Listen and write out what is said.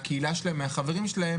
מהקהילה שלהם ומהחברים שלהם